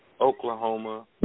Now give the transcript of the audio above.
Oklahoma